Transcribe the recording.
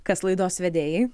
kas laidos vedėjai